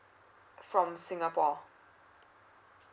from singapore